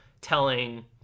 telling